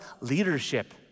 leadership